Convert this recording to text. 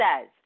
says